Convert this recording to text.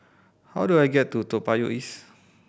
how do I get to Toa Payoh East